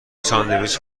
ساندویچ